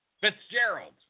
Fitzgerald